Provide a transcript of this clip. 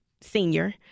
senior